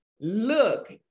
look